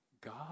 God